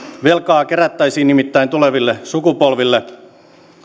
velkaa kerättäisiin nimittäin tuleville sukupolville